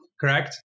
correct